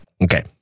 Okay